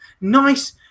nice